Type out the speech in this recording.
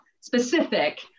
specific